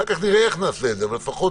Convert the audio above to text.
אחר כך נראה איך נעשה את זה, אבל לפחות